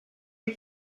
est